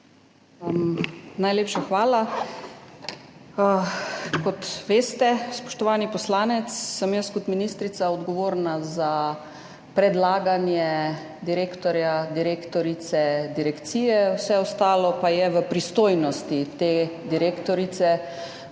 Najlepša hvala. Kot veste, spoštovani poslanec, sem jaz kot ministrica odgovorna za predlaganje direktorja, direktorice direkcije, vse ostalo pa je v pristojnosti te direktorice